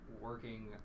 working